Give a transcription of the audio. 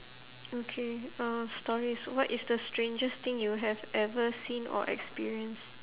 okay uh stories what is the strangest thing you have ever seen or experienced